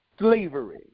slavery